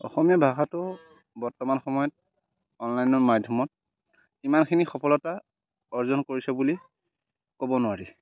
অসমীয়া ভাষাটো বৰ্তমান সময়ত অনলাইনৰ মাধ্যমত ইমানখিনি সফলতা অৰ্জন কৰিছে বুলি ক'ব নোৱাৰি